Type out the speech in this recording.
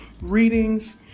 Readings